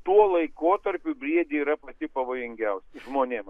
tuo laikotarpiu briedė yra pati pavojingiausia žmonėms